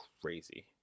crazy